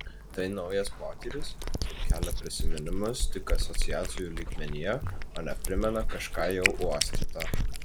tai naujas potyris ir kelia prisiminimus tik asociacijų lygmenyje o ne primena kažką jau uostyto